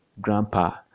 Grandpa